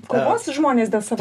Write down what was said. kovos žmonės dėl savo